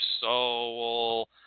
soul